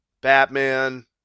Batman